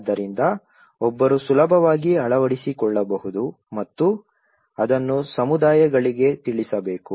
ಆದ್ದರಿಂದ ಒಬ್ಬರು ಸುಲಭವಾಗಿ ಅಳವಡಿಸಿಕೊಳ್ಳಬಹುದು ಮತ್ತು ಅದನ್ನು ಸಮುದಾಯಗಳಿಗೆ ತಿಳಿಸಬೇಕು